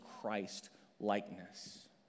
Christ-likeness